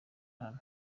hano